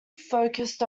focused